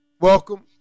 Welcome